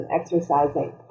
exercising